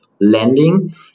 landing